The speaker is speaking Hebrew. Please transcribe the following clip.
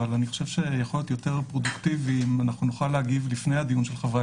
אבל יכול להיות יותר פרודוקטיבי אם נוכל להגיב לפני הדיון של חברי